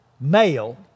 male